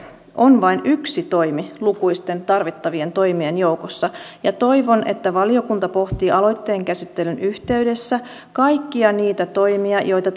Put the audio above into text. on vain yksi toimi lukuisten tarvittavien toimien joukossa ja toivon että valiokunta pohtii aloitteen käsittelyn yhteydessä kaikkia niitä toimia joita